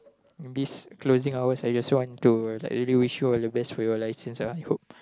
closing hours I just want to wish you all the best for you licence ah I hope